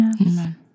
Amen